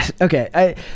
okay